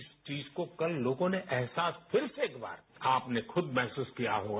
इस चीज को कल लोगों ने एहसास फिर से एकबार आपने खुद महसूस किया होगा